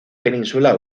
península